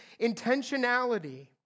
intentionality